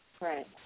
Right